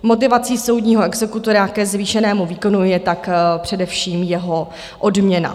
Motivací soudního exekutora ke zvýšenému výkonu je tak především jeho odměna.